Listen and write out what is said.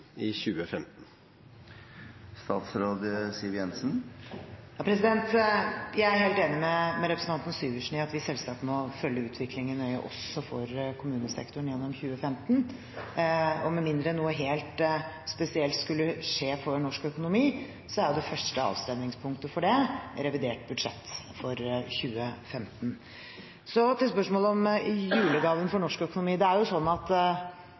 i 2015? Jeg er helt enig med representanten Syversen i at vi selvsagt må følge utviklingen nøye, også for kommunesektoren gjennom 2015. Med mindre noe helt spesielt skulle skje for norsk økonomi, er revidert budsjett for 2015 det første avstemmingspunktet for det. Så til spørsmålet om julegaven for norsk økonomi. Regjeringens viktigste julegave til norsk økonomi er det budsjettet som Stortinget nettopp har vedtatt. Det er